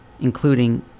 including